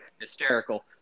hysterical